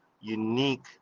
unique